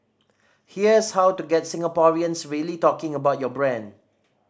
here's how to get Singaporeans really talking about your brand